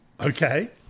Okay